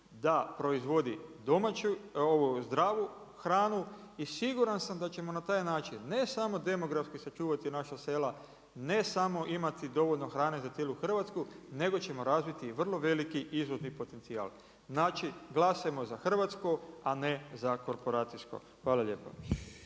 da proizvodi zdravu hranu i siguran sam da ćemo na taj način, ne samo demografski sačuvati naša sela, ne samo imati dovoljno hrane za cijelu Hrvatsku nego ćemo razviti i vrlo veliki izvozni potencijal. Znači, glasajmo za hrvatsko, a ne za korporacijsko. Hvala lijepo.